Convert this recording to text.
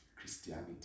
Christianity